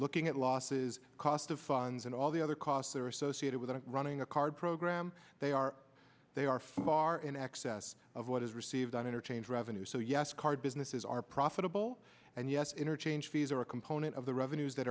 looking at losses cost of funds and all the other costs that are associated with running a card program they are they are far in excess of what is received on interchange revenue so yes card businesses are profitable and yes interchange fees are a component of the revenues that